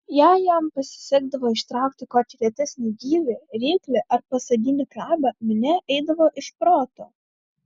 jei jam pasisekdavo ištraukti kokį retesnį gyvį ryklį ar pasaginį krabą minia eidavo iš proto